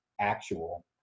actual